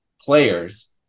players